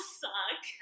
suck